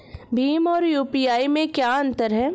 भीम और यू.पी.आई में क्या अंतर है?